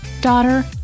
daughter